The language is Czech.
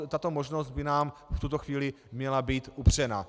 Tato možnost by nám v tuto chvíli měla být upřena.